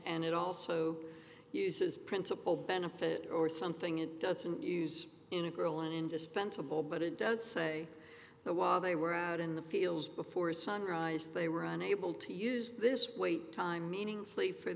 and it also uses principle benefit or something it doesn't use integral and indispensable but it does say that while they were out in the fields before sunrise they were unable to use this wait time meaningfully for